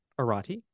arati